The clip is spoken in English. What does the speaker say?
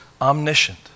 omniscient